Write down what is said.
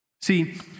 See